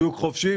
שוק חופשי,